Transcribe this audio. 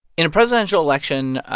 in a presidential election,